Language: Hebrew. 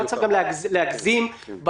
לא צריך גם להגזים בהגבלה.